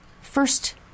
first